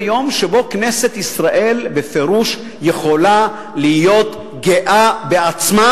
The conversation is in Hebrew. זה יום שבו כנסת ישראל בפירוש יכולה להיות גאה בעצמה,